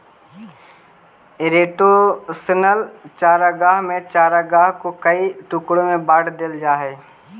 rotational चारागाह में चारागाह को कई टुकड़ों में बांट देल जा हई